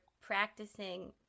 practicing